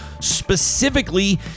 specifically